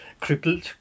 crippled